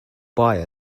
buy